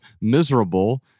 miserable